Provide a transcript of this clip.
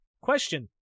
question